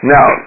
Now